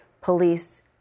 police